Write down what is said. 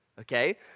Okay